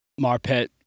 marpet